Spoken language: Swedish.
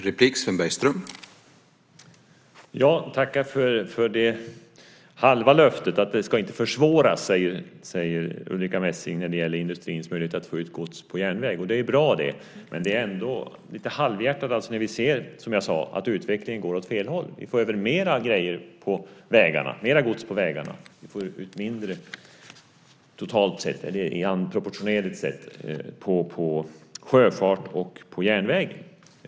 Herr talman! Jag tackar för det halva löftet. Det ska inte försvåras, säger Ulrica Messing, när det gäller industrins möjligheter att få ut gods på järnväg. Det är bra det. Men det är ändå lite halvhjärtat när vi ser, som jag tidigare sade, att utvecklingen går åt fel håll. Vi får över mer gods på vägarna och mindre proportionerligt sett på sjöfart och järnvägen.